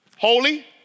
Holy